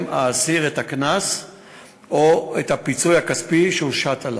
האסיר את הקנס או את הפיצוי הכספי שהושת עליו.